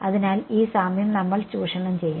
അതിനാൽ ആ സാമ്യം നമ്മൾ ചൂഷണം ചെയ്യും